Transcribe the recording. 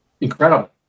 Incredible